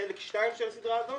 חלק שתיים של הסדרה הזאת,